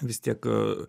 vis tiek